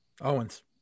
Owens